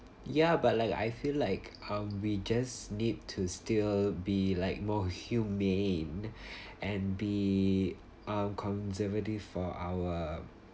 ya but like I feel like um we just need to still be like more humane and be uh conservative for our